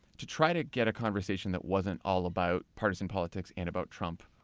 to try to get a conversation that wasn't all about partisan politics and about trump,